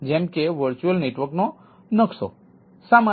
જેમ કે વર્ચ્યુઅલ નેટવર્કનો નકશોશા માટે